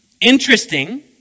Interesting